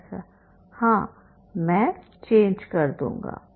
professor हां मैं change कर दूंगा